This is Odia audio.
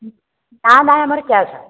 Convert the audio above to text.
ନାଇଁ ନାଇଁ ଆମର କ୍ୟାସ୍